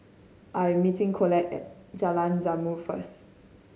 I am meeting Colette at Jalan Zamrud first